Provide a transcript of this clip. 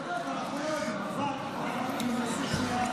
אתה צודק, אנחנו לא יודעים, אבל אני שואל שאלה.